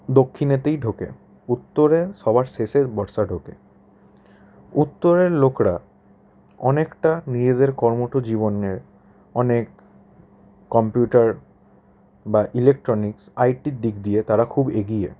দক্ষিণেতেই ঢোকে উত্তরে সবার শেষে বর্ষা ঢোকে উত্তরের লোকরা অনেকটা নিজেদের কর্মঠ জীবনে অনেক কম্পিউটার বা ইলেট্রনিক্স আইটির দিক দিয়ে তারা খুব এগিয়ে